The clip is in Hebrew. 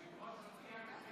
התשפ"ב 2021, לקריאה ראשונה.